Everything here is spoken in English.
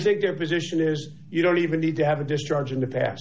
think their position is you don't even need to have a discharge in the past